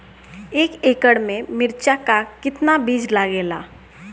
एक एकड़ में मिर्चा का कितना बीज लागेला?